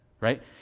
Right